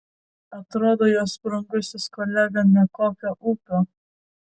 atrodo jos brangusis kolega nekokio ūpo